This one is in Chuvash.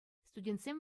студентсем